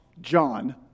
John